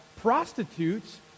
prostitutes